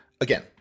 Again